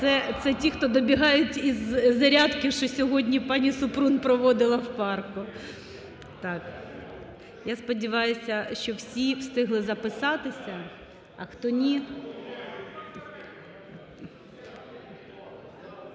Це ті, хто добігають із зарядки, що сьогодні пані Супрун проводила в парку. Так, я сподіваюся, що всі встигли записатися, а хто ні…